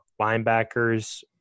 Linebackers